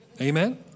Amen